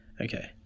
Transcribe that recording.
Okay